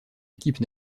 équipe